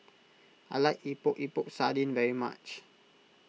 I like Epok Epok Sardin very much